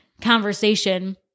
conversation